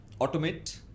Automate